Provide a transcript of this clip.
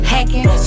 Hacking